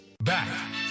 back